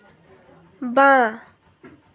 বাঁ